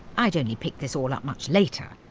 i'd only picked this all up much later.